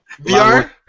VR